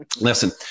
Listen